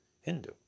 Hindu